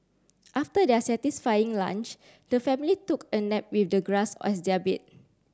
after their satisfying lunch the family took a nap with the grass as their bed